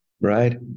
Right